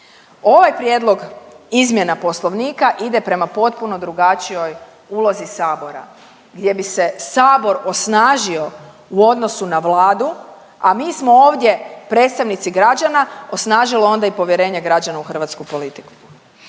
Ovaj prijedlog izmjena Poslovnika ide prema potpuno drugačijoj ulozi sabora gdje bi se sabor osnažio u odnosu na Vladu, a mi smo ovdje predstavnici građana osnažili onda i povjerenje građana u hrvatsku politiku.